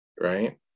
Right